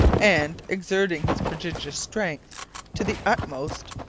and, exerting his prodigious strength to the utmost,